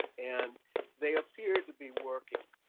and they appear to be working.